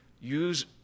Use